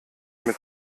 mit